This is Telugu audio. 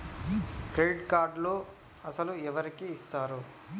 క్రెడిట్ కార్డులు అసలు ఎవరికి ఇస్తారు?